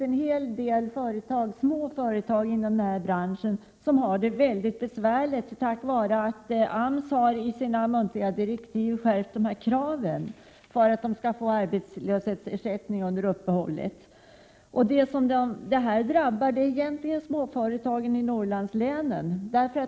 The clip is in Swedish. En hel del små företag inom denna bransch har det mycket besvärligt på grund av att AMS i sina muntliga direktiv har skärpt kraven för att arbetslöshetsersättning skall utgå under uppehåll. Detta drabbar egentligen mest företag i Norrlandslänen.